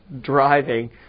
driving